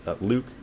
Luke